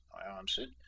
i answered,